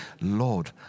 Lord